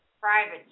private